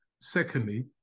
secondly